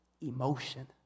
emotion